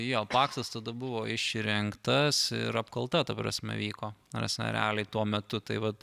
jo paksas tada buvo išrinktas ir apkalta ta prasme vyko ta prasme realiai tuo metu tai vat